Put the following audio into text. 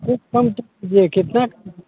एक काम के लिए कितना